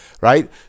Right